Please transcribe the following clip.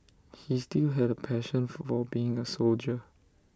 he still had A passion for being A soldier